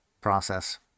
process